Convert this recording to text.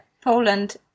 Poland